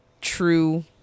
true